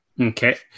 Okay